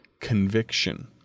conviction